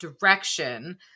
direction